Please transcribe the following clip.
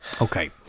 Okay